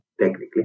technically